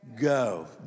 go